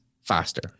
faster